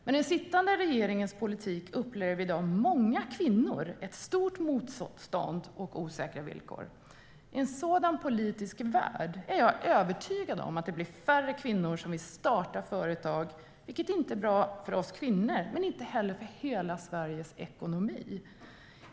Med den sittande regeringens politik upplever i dag många kvinnor ett stort motstånd och osäkra villkor. Jag är övertygad om att det i en sådan politisk värld blir färre kvinnor som vill starta företag, vilket inte är bra för oss kvinnor men heller inte för hela Sveriges ekonomi.